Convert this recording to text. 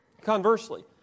Conversely